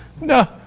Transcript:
No